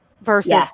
versus